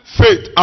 faith